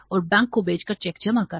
और बैंक को भेजकर चेक जमा करना